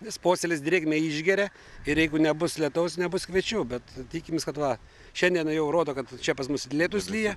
nes posėlis drėgmę išgeria ir jeigu nebus lietaus nebus kviečių bet tikimės kad va šiandien jau rodo kad čia pas mus lietūs lyja